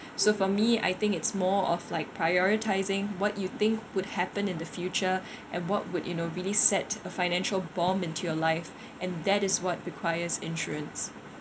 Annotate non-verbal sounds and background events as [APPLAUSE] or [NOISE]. so for me I think it's more of like prioritising what you think would have happen in the future [BREATH] and what would you know really set a financial bomb into your life and that is what requires insurance